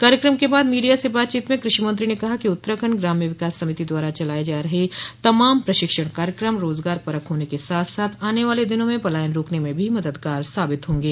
कार्यक्रम के बाद मीडिया से बातचीत में कृषि मंत्री ने कहा कि उत्तराखंड ग्राम्य विकास समिति द्वारा चलाये जा रहे तमाम प्रशिक्षण कार्यक्रम रोजगार परख होने के साथ साथ आने वाले दिनों में पलायन रोकने में भी मददगार साबित होंगे